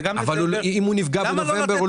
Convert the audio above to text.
אבל אם הוא נפגע בנובמבר,